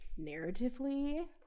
narratively